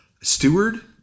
steward